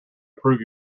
approve